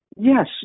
Yes